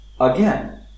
Again